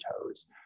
toes